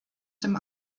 dem